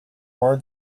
more